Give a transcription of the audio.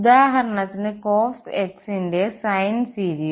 ഉദാഹരണത്തിന് cos x ന്റെ Sine series